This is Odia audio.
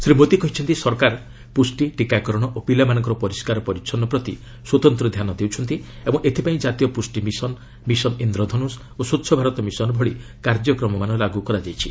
ଶ୍ରୀ ମୋଦି କହିଛନ୍ତି ସରକାର ପୁଷ୍ଟି ଟୀକାକରଣ ଓ ପିଲାମାନଙ୍କର ପରିଷ୍କାର ପରିଚ୍ଚନ୍ନ ପ୍ରତି ସ୍ୱତନ୍ତ୍ର ଧ୍ୟାନ ଦେଉଛନ୍ତି ଓ ଏଥିପାଇଁ ଜାତୀୟ ପୁଷ୍ଟି ମିଶନ ମିଶନ୍ ଇନ୍ଦ୍ରଧନୁଷ୍ ଓ ସ୍ୱଚ୍ଚ ଭାରତ ମିଶନ ଭଳି କାର୍ଯ୍ୟକ୍ରମମାନ ଲାଗୁ କରାଯାଇଛି